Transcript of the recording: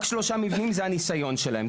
רק שלושה מבנים זה הניסיון שלהם.